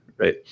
right